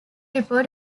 report